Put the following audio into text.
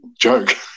joke